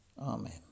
Amen